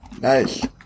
Nice